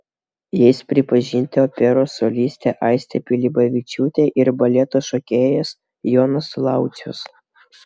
jais pripažinti operos solistė aistė pilibavičiūtė ir baleto šokėjas jonas laucius